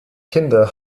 kinder